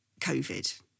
COVID